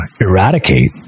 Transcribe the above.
eradicate